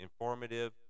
informative